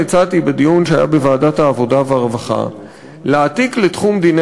הצעתי בדיון שהיה בוועדת העבודה והרווחה להעתיק לתחום דיני